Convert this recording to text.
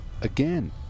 again